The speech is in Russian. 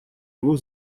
его